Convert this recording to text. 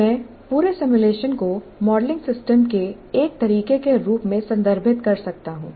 मैं पूरे सिमुलेशन को मॉडलिंग सिस्टम के एक तरीके के रूप में संदर्भित कर सकता हूं